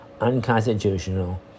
unconstitutional